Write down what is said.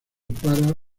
para